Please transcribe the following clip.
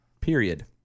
Period